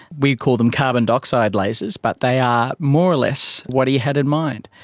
we call them carbon dioxide lasers but they are more or less what he had in mind,